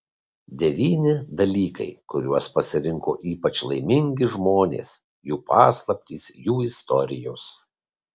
devyni dalykai kuriuos pasirinko ypač laimingi žmonės jų paslaptys jų istorijos